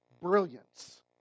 brilliance